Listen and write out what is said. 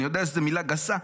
אני יודע שזאת מילה גסה,